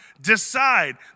Decide